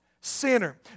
sinner